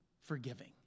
forgiving